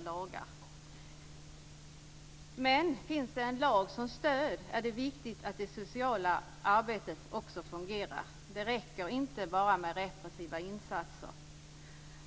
lag. Om det finns en lag som stöd är det viktigt att det sociala arbetet också fungerar. Det räcker inte bara med repressiva insatser.